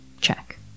check